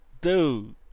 Dude